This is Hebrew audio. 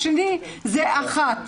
כשאנחנו אומרים אחד מאשר השני, השני היא אחת.